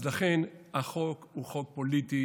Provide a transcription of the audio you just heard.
אז לכן, החוק הוא חוק פוליטי.